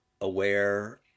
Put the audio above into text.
aware